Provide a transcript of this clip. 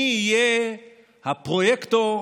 מי יהיה הפרויקטור,